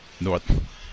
North